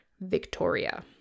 Victoria